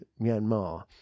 Myanmar